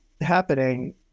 happening